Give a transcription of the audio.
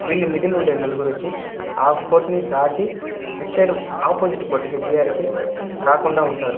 వీళ్ళు మిడిల్ ఉంటారు నలుగురొచ్చి ఆఫ్కోర్ట్ని దాటి ఇటుసైడు ఆపోజిట్ కోర్ట్కి డిఆర్ఏకి రాకుండా ఉంటారు